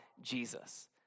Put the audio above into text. Jesus